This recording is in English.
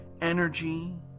energy